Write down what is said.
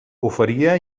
oferia